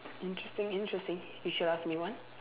interesting interesting you should ask me one